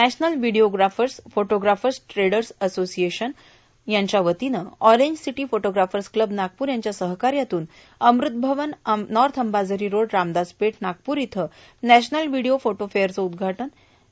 national videographers photographers traders association द्वारा orange city photographers club Nagpur यांच्या सहकार्यानं अमृत भवन नॉर्थ अंबाझरी रोड रामदासपेठ नागपूर इथं नॅशनल व्हिडिओ फोटो फेअर्चं उद्घाटन मा